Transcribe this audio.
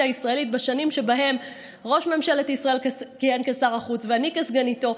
הישראלית בשנים שבהן ראש ממשלת ישראל כיהן כשר החוץ ואני כסגניתו,